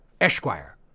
Esquire